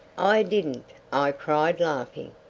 i didn't, i cried, laughing.